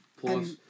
Plus